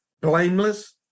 blameless